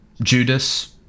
judas